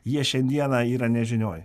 jie šiandieną yra nežinioj